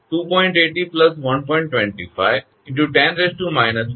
તેથી 𝑊𝑖 1